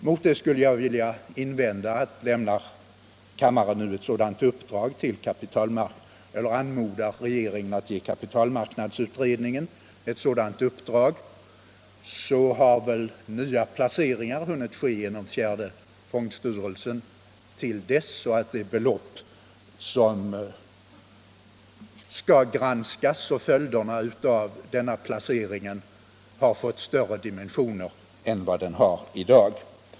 Mot det skulle jag vilja invända, att anmodar kammaren nu regeringen att ge kapitalmarknadsutredningen ett sådant här uppdrag, så har väl, innan något blir gjort, nya placeringar hunnit ske genom fjärde fondstyrelsen, så att det belopp som skall granskas och följderna av placeringarna har fått större dimensioner än vad fallet är i dag.